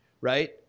right